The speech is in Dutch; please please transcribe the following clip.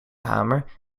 hamer